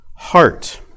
heart